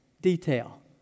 detail